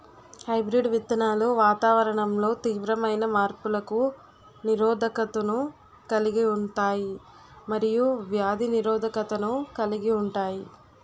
hybrid విత్తనాలు వాతావరణంలో తీవ్రమైన మార్పులకు నిరోధకతను కలిగి ఉంటాయి మరియు వ్యాధి నిరోధకతను కలిగి ఉంటాయి